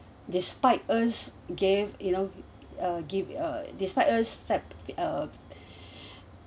despite us gave you know uh give uh despite us feb~ uh